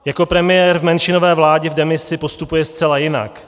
Jako premiér v menšinové vládě v demisi postupuje zcela jinak.